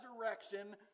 resurrection